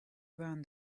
around